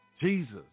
Jesus